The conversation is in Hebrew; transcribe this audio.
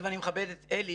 היות ואני מכבד את עלי,